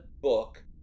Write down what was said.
book